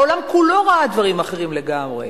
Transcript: העולם כולו ראה דברים אחרים לגמרי.